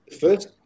first